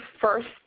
first